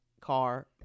car